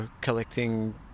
collecting